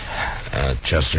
Chester